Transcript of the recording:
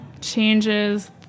changes